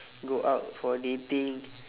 go out for dating